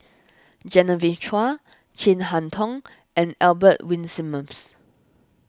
Genevieve Chua Chin Harn Tong and Albert Winsemius